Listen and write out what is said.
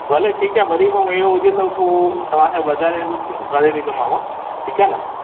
भले ठीकु आहे वरी बि अहिड़ो हुजे त पोइ तव्हांखे वधारे कुझु करे ॾीदोमांव ठीकु आहे न